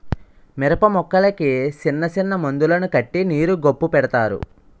మిరపమొక్కలకి సిన్నసిన్న మందులను కట్టి నీరు గొప్పు పెడతారు